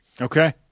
Okay